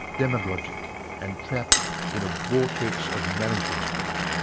demagogic and trapped in a vortex of management-speak!